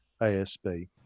ASB